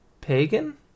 Pagan